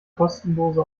kostenlose